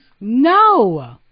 No